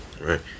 Right